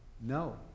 No